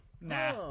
nah